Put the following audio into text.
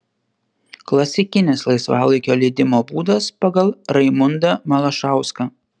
klasikinis laisvalaikio leidimo būdas pagal raimundą malašauską